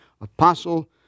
apostle